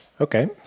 Okay